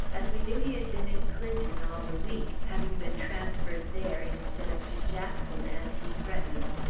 as we knew he had been in clinton all the week, having been transferred there instead of to jackson, as he threatened.